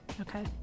Okay